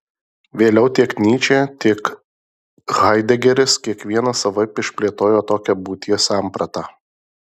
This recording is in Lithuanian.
vėliau tiek nyčė tiek haidegeris kiekvienas savaip išplėtojo tokią būties sampratą